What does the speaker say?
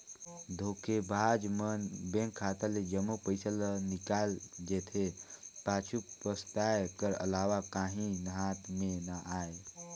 धोखेबाज मन बेंक खाता ले जम्मो पइसा ल निकाल जेथे, पाछू पसताए कर अलावा काहीं हाथ में ना आए